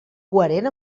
coherent